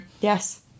Yes